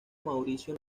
mauricio